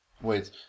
wait